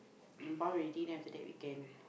inbound already then after that we can